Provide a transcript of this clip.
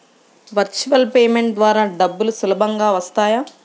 Virtual payment ద్వారా డబ్బులు సులభంగా వస్తాయా?